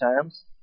times